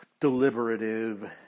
deliberative